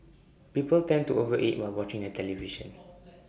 people tend to over eat while watching the television